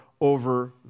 over